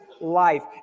life